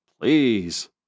Please